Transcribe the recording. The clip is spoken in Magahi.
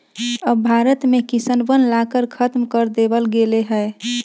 अब भारत में किसनवन ला कर खत्म कर देवल गेले है